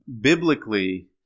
biblically –